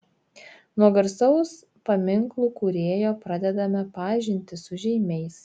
nuo garsaus paminklų kūrėjo pradedame pažintį su žeimiais